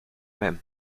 même